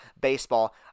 baseball